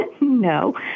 No